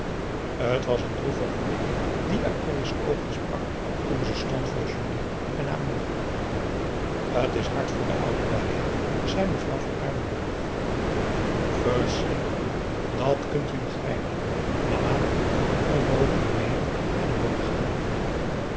t was een droevige blik die uit corrie's oogen sprak toen ze stond voor julie en haar moeder t is hard voor de oudelui hé zei mevrouw van aardenburg verschrikkelijk dat kunt u begrijpen mama kon onmogelijk mêe naar den boom gaan